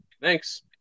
thanks